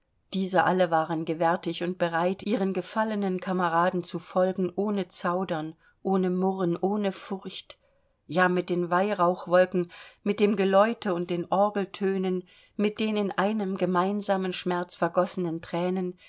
diese alle waren gewärtig und bereit ihren gefallenen kameraden zu folgen ohne zaudern ohne murren ohne furcht ja mit den weihrauchwolken mit dem geläute und den orgeltönen mit den in einem gemeinsamen schmerz vergossenen thränen